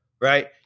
right